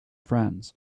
friends